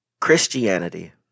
Christianity